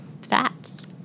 Fats